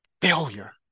failure